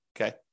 okay